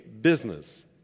business